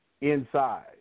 inside